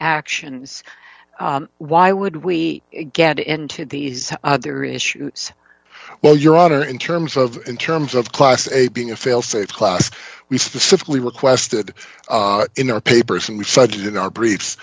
actions why would we get into these other issues well your honor in terms of in terms of class a being a failsafe class we specifically requested in our papers and we cited in our